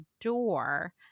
door